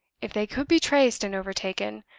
if they could be traced and overtaken,